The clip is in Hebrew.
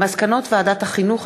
על מסקנות ועדת החינוך,